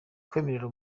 kwemerera